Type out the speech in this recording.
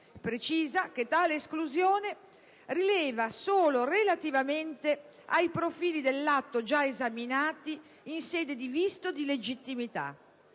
precisa che tale esclusione rileva solo relativamente ai profili dell'atto già esaminati in sede di visto di legittimità.